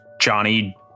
Johnny